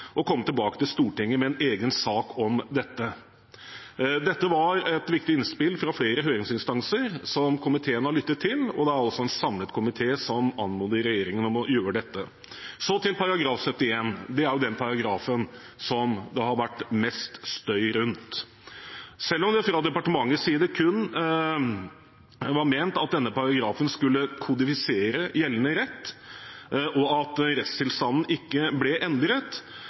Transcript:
og komme tilbake til Stortinget med en egen sak om dette. Dette var et viktig innspill fra flere høringsinstanser, som komiteen har lyttet til, og det er altså en samlet komité som anmoder regjeringen om å gjøre dette. Så til § 71: Det er den paragrafen det har vær mest støy rundt. Selv om det fra departementets side kun var ment at denne paragrafen skulle kodifisere gjeldende rett, og at rettstilstanden ikke ble endret,